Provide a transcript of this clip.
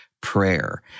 prayer